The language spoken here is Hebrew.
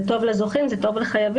זה טוב לזוכים, זה טוב לחייבים.